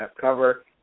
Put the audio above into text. cover